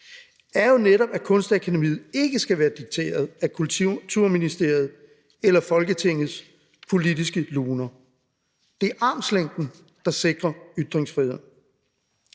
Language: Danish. er jo netop, at Kunstakademiet ikke skal være dikteret af Kulturministeriet eller Folketingets politiske luner. Det er armslængden, der sikrer ytringsfriheden.